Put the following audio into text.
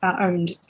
owned